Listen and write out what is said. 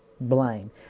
blame